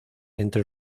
entre